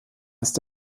ist